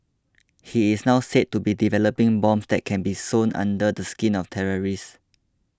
he is now said to be developing bombs that can be sewn under the skin of terrorists